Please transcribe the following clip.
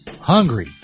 hungry